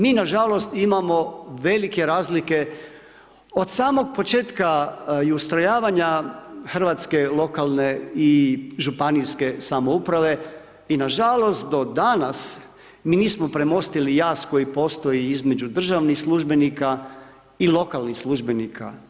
Mi nažalost imamo velike razlike od samog početka i ustrojavanja hrvatske lokalne i županijske samouprave i nažalost do danas mi nismo premostili jaz koji postoji između državnih službenika i lokalnih službenika.